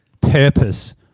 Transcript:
purpose